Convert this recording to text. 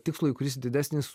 tikslui kuris didesnis